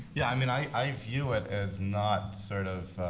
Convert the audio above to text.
yeah, i mean i view it as not sort of,